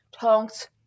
Tonks